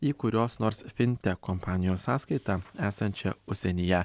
į kurios nors fintek kompanijos sąskaitą esančią užsienyje